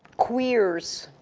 queer's